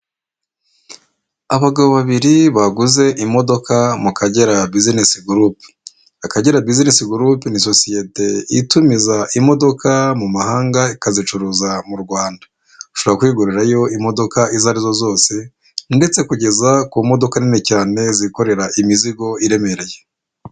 Abagabo babiri baguze imodoka mu Kagera buzinesi gurupe. Akagera buzinesi gurupe ni sosiyete itumiza imodoka mu mahanga, ikazicuruza mu Rwanda. Ushobora kwigurirayo imodoka izo ari zo zose ndetse kugeza ku modoka nini cyane zikorera imizigo iremereye.